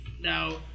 Now